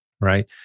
right